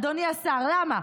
אדוני השר, למה?